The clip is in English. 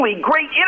great